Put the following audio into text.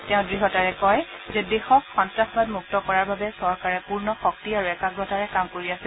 তেওঁ দৃঢ়তাৰে ক যে দেশক সন্তাসবাদমুক্ত কৰাৰ বাবে চৰকাৰে পূৰ্ণ শক্তি আৰু একাগ্ৰতাৰে কাম কৰি আছে